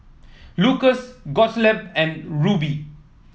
Lucas Gottlieb and Rubye